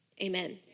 amen